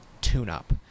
tune-up